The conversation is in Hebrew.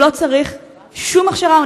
הוא לא צריך שום הכשרה.